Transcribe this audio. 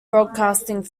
broadcasting